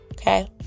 Okay